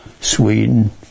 Sweden